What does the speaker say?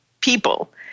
people